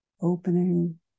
opening